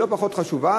שהיא לא פחות חשובה,